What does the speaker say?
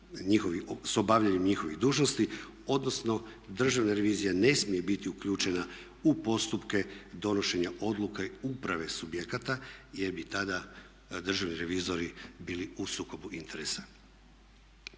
s obavljanjem njihovih dužnosti odnosno Državna revizija ne smije biti uključena u postupke donošenja odluka uprave subjekata jer bi tada državni revizori bili u sukobu interesa.